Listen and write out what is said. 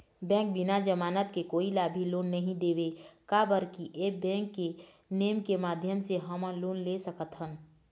Bank बिना जमानत के कोई ला भी लोन नहीं देवे का बर की ऐप बैंक के नेम के माध्यम से हमन लोन ले सकथन?